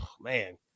man